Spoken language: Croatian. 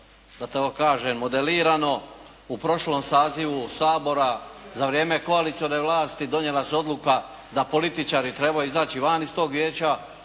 da tako kažem modelirano. U prošlom sazivu Sabora za vrijeme koalicione vlasti donijela se odluka da političari trebaju izaći van iz tog vijeća.